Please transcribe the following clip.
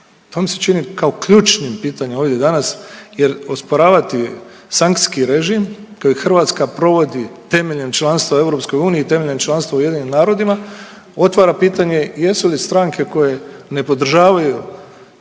to mi se čini kao ključnim pitanjem ovdje danas, jer osporavati sankcijski režim kojeg Hrvatska provodi temeljem članstva u EU i temeljem članstva u UN-u otvara pitanje jesu li stranke koje ne podržavaju